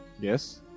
Yes